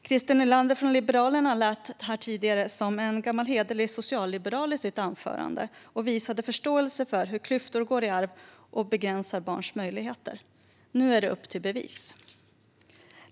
Christer Nylander från Liberalerna lät här tidigare som en gammal hederlig socialliberal i sitt anförande. Han visade förståelse för hur klyftor går i arv och begränsar barns möjligheter. Nu är det upp till bevis.